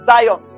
Zion